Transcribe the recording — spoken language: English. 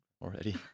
already